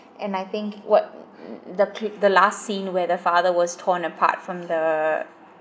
and I think what the the last scene where the father was torn apart from the